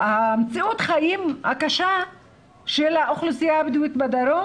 מציאות החיים הקשה של האוכלוסייה הבדואית בדרום